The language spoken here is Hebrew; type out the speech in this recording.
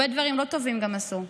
גם הרבה דברים לא טובים עשו,